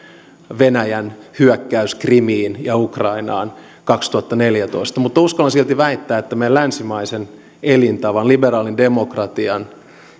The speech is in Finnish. venäjän hyökkäys krimille ja ukrainaan kaksituhattaneljätoista mutta uskallan silti väittää että meidän länsimaisen elintavan liberaalin demokratian